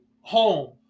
home